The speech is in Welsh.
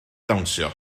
dawnsio